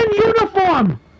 uniform